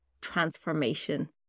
transformation